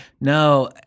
No